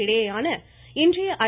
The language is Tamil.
இடையேயான இன்றைய ஐ